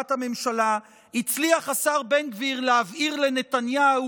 מהשבעת הממשלה הצליח השר בן גביר להבהיר לנתניהו